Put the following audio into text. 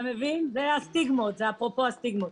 זה אפרופו הסטיגמות.